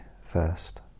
first